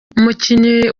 umukinyi